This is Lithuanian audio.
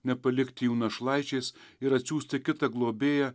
nepalikti jų našlaičiais ir atsiųsti kitą globėją